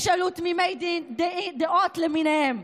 ישאלו תמימי דעת למיניהם.